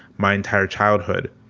my entire childhood.